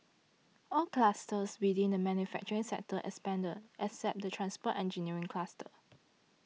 all clusters within the manufacturing sector expanded except the transport engineering cluster